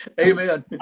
Amen